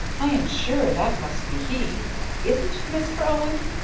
i am sure that must be he isn't it, mr. owen?